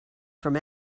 from